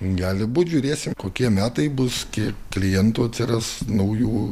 gali būti žiūrėsim kokie metai bus kiek klientų atsiras naujų